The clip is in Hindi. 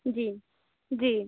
जी जी